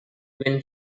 when